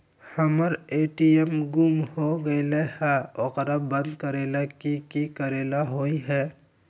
हमर ए.टी.एम गुम हो गेलक ह ओकरा बंद करेला कि कि करेला होई है?